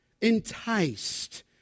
Enticed